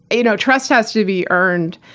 you know trust has to be earned.